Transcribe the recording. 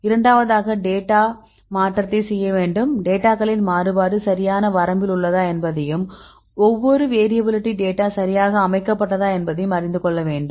இரண்டாவதாக டேட்டா மாற்றத்தை செய்ய வேண்டும் டேட்டாகளின் மாறுபாடு சரியான வரம்பில் உள்ளதா என்பதையும் ஒவ்வொரு வேரியபிலிட்டி டேட்டா சரியாக அமைக்கப்பட்டதா என்பதையும் அறிந்து கொள்ள வேண்டும்